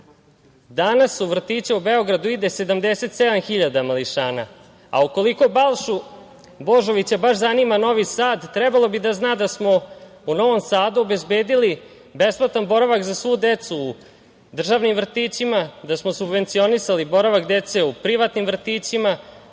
Danas u vrtiće u Beogradu ide 77.000 mališana. Ukoliko Balšu Božovića baš zanima Novi Sad, trebalo bi da zna da smo u Novom Sadu obezbedili besplatan boravak za svu decu u državnim vrtićima, da smo subvencionisali boravak dece u privatnim vrtićima,